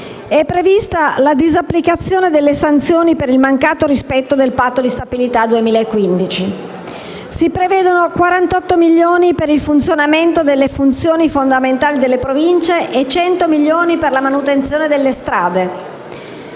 è prevista la disapplicazione delle sanzioni per il mancato rispetto del Patto di stabilità 2015. Si prevedono 48 milioni di euro per il funzionamento delle funzioni fondamentali delle Province e 100 milioni di euro per la manutenzione delle strade.